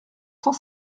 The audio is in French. cent